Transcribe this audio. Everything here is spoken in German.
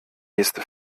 nächste